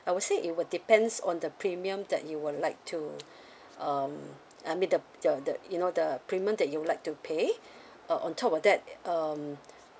I would say it will depends on the premium that you would like to um I mean the the the you know the premium that you'd like to pay uh on top of that um